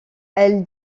elle